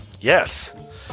Yes